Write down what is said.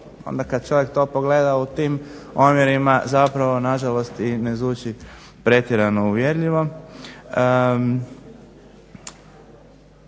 onda kad čovjek to pogleda u tim omjerima zapravo na žalost i ne zvuči pretjerano uvjerljivo.